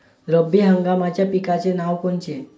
रब्बी हंगामाच्या पिकाचे नावं कोनचे?